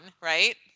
right